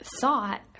thought